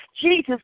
Jesus